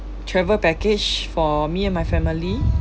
travel package for me and my family